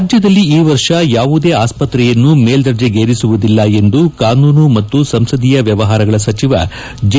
ರಾಜ್ಯದಲ್ಲಿ ಈ ವರ್ಷ ಯಾವುದೇ ಆಸ್ತ್ರೆಯನ್ನು ಮೇಲ್ದರ್ಜೆಗೇರಿಸುವುದಿಲ್ಲ ಎಂದು ಕಾನೂನು ಮತ್ತು ಸಂಸದೀಯ ವ್ಯವಹಾರಗಳ ಸಚಿವ ಜೆ